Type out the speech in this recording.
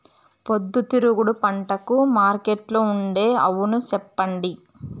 పొద్దుతిరుగుడు పంటకు మార్కెట్లో ఉండే అవును చెప్పండి?